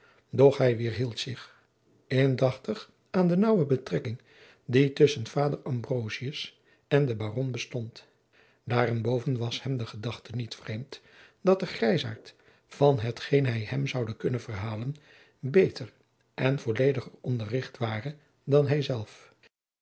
doch hij weêrhield zich indachtig aan de naauwe betrekking die tusschen vader ambrosius en den baron bestond daarenboven was hem de gedachte niet vreemd dat de grijzaart van hetgeen hij hem zoude kunnen verhalen beter en vollediger onderricht ware dan hijzelf